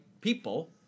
people